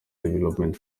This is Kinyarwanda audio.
development